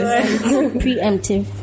Preemptive